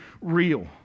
real